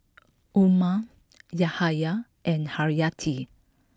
Umar Yahaya and Haryati